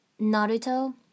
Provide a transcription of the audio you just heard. Naruto